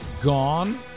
gone